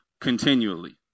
continually